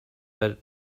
but